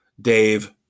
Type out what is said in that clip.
Dave